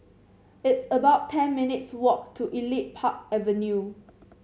it's about ten minutes walk to Elite Park Avenue